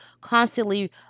constantly